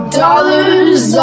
dollars